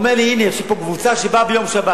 הוא אמר לי: הנה, יש לי פה קבוצה שבאה ביום שבת.